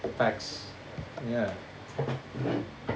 facts ya